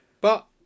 But